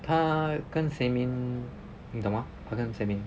他跟 sei ming 你懂吗 sei ming